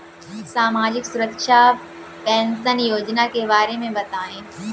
सामाजिक सुरक्षा पेंशन योजना के बारे में बताएँ?